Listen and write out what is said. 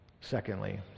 Secondly